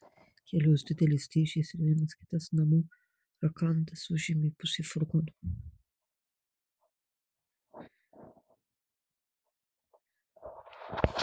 kelios didelės dėžės ir vienas kitas namų rakandas užėmė pusę furgono